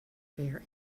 fair